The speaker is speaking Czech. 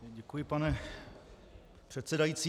Děkuji, pane předsedající.